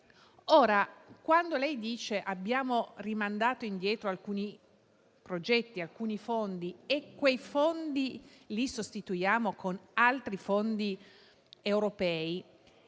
Quando lei dice che abbiamo rimandato indietro alcuni progetti e alcuni fondi e li sostituiamo con altri fondi europei